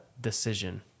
decision